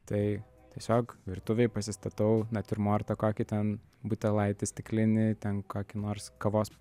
tai tiesiog virtuvėj pasistatau natiurmortą kokį ten butelaitį stiklinį ten kokį nors kavos